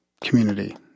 community